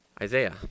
Isaiah